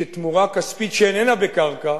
שתמורה כספית שאיננה בקרקע,